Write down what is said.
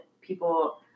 people